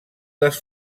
les